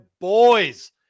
boys